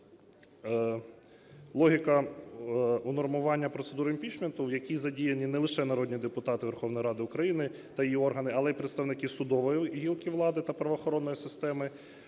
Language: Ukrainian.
логіка унормування процедури імпічменту, в якій задіяні не лише народні депутати Верховної Ради України та її органи, але і представники судової гілки влади та правоохоронної системи,